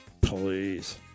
please